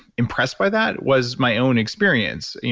impressed by that was my own experience.